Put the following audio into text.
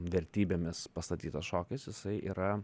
vertybėmis pastatytas šokis jisai yra